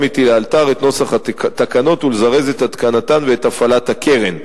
אתי לאלתר את נוסח התקנות ולזרז את התקנתן ואת הפעלת הקרן.